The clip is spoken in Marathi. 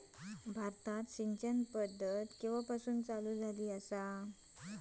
भारतात सिंचन पद्धत केवापासून चालू झाली?